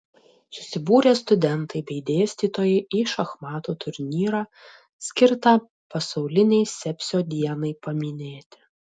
susibūrė studentai bei dėstytojai į šachmatų turnyrą skirtą pasaulinei sepsio dienai paminėti